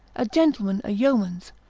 a gentleman a yeoman's,